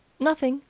nothing!